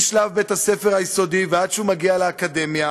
משלב בית-הספר היסודי ועד שהוא מגיע לאקדמיה,